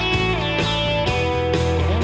and